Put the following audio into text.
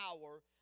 power